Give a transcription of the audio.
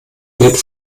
wird